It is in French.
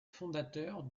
fondateurs